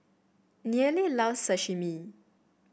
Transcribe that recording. Nealie loves Sashimi